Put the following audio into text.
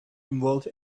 involve